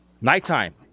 nighttime